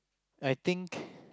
I think